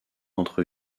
entre